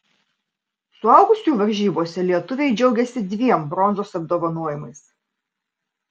suaugusiųjų varžybose lietuviai džiaugėsi dviem bronzos apdovanojimais